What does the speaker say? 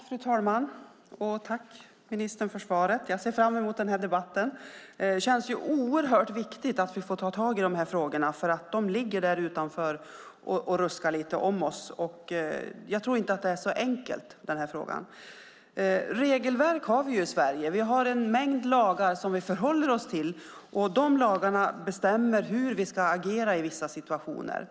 Fru talman! Tack för svaret, ministern! Jag ser fram emot den här debatten. Det känns oerhört viktigt att vi får ta tag i de här frågorna. De ligger där utanför och ruskar lite om oss. Jag tror inte att den här frågan är så enkel. Regelverk har vi i Sverige. Vi har en mängd lagar som vi förhåller oss till, och de lagarna bestämmer hur vi ska agera i vissa situationer.